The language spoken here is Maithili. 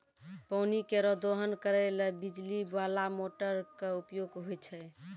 पानी केरो दोहन करै ल बिजली बाला मोटर क उपयोग होय छै